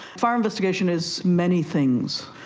fire investigation is many things,